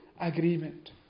agreement